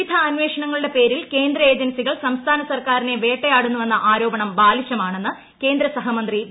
മുരളീധരൻ വിവിധ അന്വേഷണങ്ങളുട്ടെ പ്പേരിൽ കേന്ദ്ര ഏജൻസികൾ സംസ്ഥാന സർക്കാരിന്റെ പ്പേട്ടയാടുന്നുവെന്ന ആരോപണം ബാലിശമാണെന്ന് കേന്ദ്രീ ്ലൂഹമന്ത്രി വി